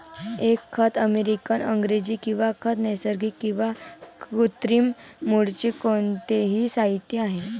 एक खत अमेरिकन इंग्रजी किंवा खत नैसर्गिक किंवा कृत्रिम मूळचे कोणतेही साहित्य आहे